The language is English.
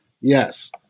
Yes